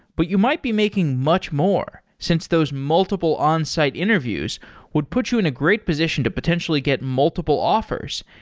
but you might be making much more since those multiple onsite interviews would put you in a great position to potentially get multiple offers,